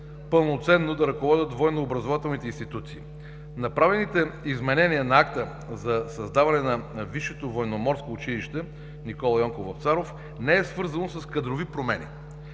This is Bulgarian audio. пълноценно да ръководят военно-образователните институции. Направените изменения на акта за създаване на Висшето военноморско училище „Никола Йонков Вапцаров“ не е свързано с кадрови промени.